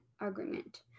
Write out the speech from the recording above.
Agreement